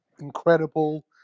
incredible